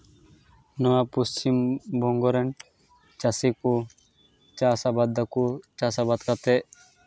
ᱱᱚᱣᱟ ᱯᱚᱪᱷᱤᱢ ᱵᱚᱝᱜᱚ ᱨᱮᱱ ᱪᱟᱹᱥᱤ ᱠᱚ ᱪᱟᱥ ᱟᱵᱟᱫ ᱫᱟᱠᱚ ᱪᱟᱥ ᱟᱵᱟᱫ ᱠᱟᱛᱮᱫ